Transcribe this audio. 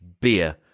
beer